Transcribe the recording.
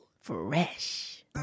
Fresh